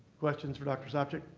questions for dr. sopcich?